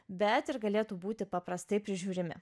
bet ir galėtų būti paprastai prižiūrimi